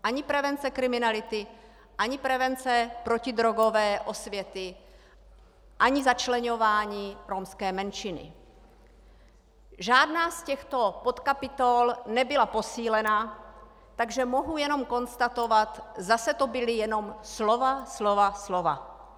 Ani prevence kriminality, ani prevence protidrogové osvěty, ani začleňování romské menšiny, žádná z těchto podkapitol nebyla posílena, takže mohu jenom konstatovat zase to byla jenom slova, slova, slova.